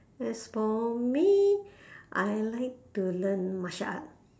as for me I like to learn martial art